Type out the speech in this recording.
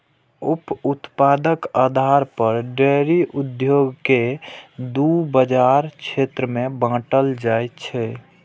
उप उत्पादक आधार पर डेयरी उद्योग कें दू बाजार क्षेत्र मे बांटल जाइ छै